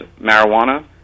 marijuana